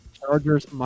Chargers